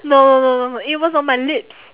no no no no it was on my lips